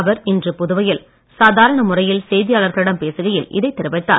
அவர் இன்று புதுவையில் சாதாரண முறையில் செய்தியாளர்களிடம் பேசுகையில் இதை தெரிவித்தார்